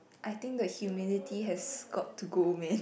I think the humidity has got to go man